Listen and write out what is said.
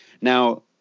now